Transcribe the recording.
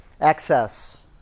excess